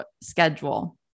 schedule